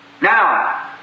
Now